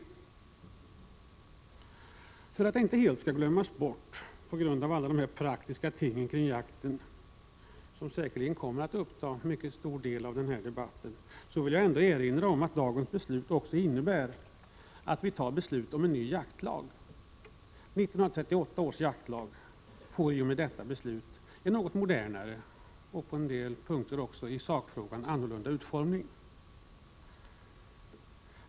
Jag vill också erinra om — för att det inte helt skall glömmas bort på grund av de praktiska ting kring jakten som säkerligen kommer att uppta en mycket stor del av debattiden — att dagens beslut innebär att vi beslutar om en ny jaktlag. 1938 års jaktlag får med detta beslut en något modernare utformning och på en del punkter också en annorlunda utformning vad gäller sakfrågan.